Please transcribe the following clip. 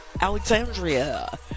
Alexandria